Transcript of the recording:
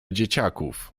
dzieciaków